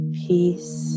peace